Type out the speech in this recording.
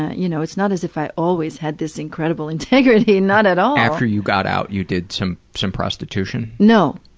you know, it's not as if i always had this incredible integrity, and not at all. after you got out you did some some prostitution? no.